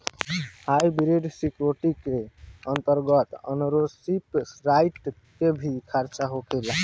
hybrid security के अंतर्गत ownership right के भी चर्चा होखेला